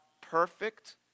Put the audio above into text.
perfect